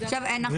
אני